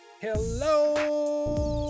Hello